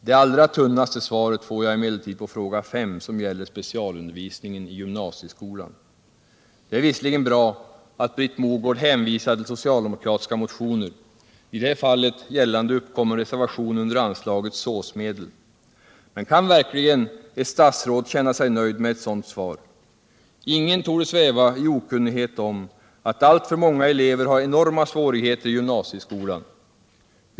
Det allra tunnaste svaret får jag emellertid på fråga 5, som gäller specialundervisningen i gymnasieskolan. Det är visserligen bra att Britt Mogård hänvisar till socialdemokratiska motioner, i det här fallet gällande en uppkommen reservation under anslaget SÅS-medel. Men kan verkligen ett statsråd känna sig nöjd med ett sådant svar? Ingen torde sväva i okunnighet om att alltför många elever har enorma svårigheter i gymnasieskolan.